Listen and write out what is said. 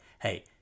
Hey